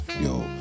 yo